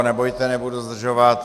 Nebojte, nebudu zdržovat.